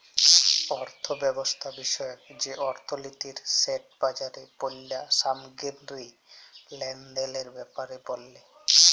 অথ্থব্যবস্থা বিষয়ক যে অথ্থলিতি সেট বাজারে পল্য সামগ্গিরি লেলদেলের ব্যাপারে ব্যলে